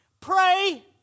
Pray